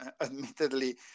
admittedly